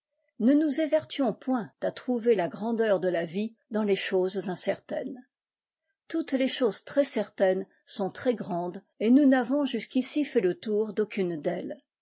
ne nous évertuons point à trouvei la grandeur de la vie dans les choses incertaines toutes les choses très certaines sont très grandes et nous n'avons jusqu'ici fait le tour d'aucune d'elles